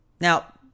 Now